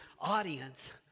audience